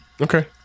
Okay